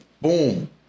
boom